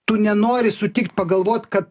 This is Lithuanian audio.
tu nenori sutikt pagalvot kad